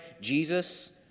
Jesus